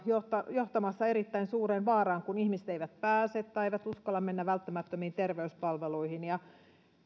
johtamassa erittäin suureen vaaraan kun ihmiset eivät pääse tai eivät uskalla mennä välttämättömiin terveyspalveluihin